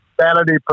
sanity